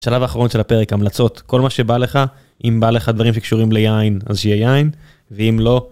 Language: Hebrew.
שלב אחרון של הפרק המלצות כל מה שבא לך אם בא לך דברים שקשורים ליין אז שיהיה יין ואם לא..